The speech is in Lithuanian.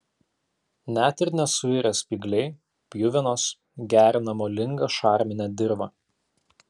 net ir nesuirę spygliai pjuvenos gerina molingą šarminę dirvą